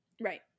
Right